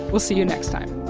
we'll see you next time